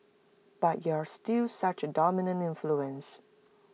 but you're still such A dominant influence